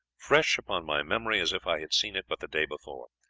fresh upon my memory as if i had seen it but the day before.